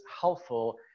helpful